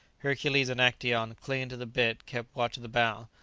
hercules and actaeon, clinging to the bitt, kept watch at the bow.